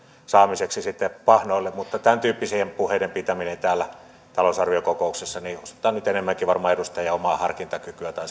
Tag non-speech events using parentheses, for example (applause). saamiseksi pahnoille mutta tämäntyyppisten puheiden pitäminen täällä talousarviokokouksessa osoittaa nyt enemmänkin varmaan edustajan omaa harkintakykyä tai (unintelligible)